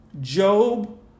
Job